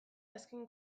azken